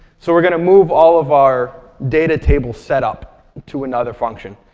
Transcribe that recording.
so we're going to move all of our data table setup to another function,